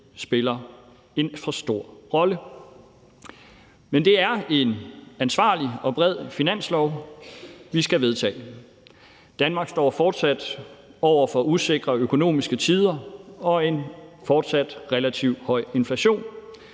spiller en for stor rolle. Men det er en ansvarlig og bred finanslov, vi skal vedtage. Danmark står fortsat over for usikre økonomiske tider og en fortsat relativt høj inflation.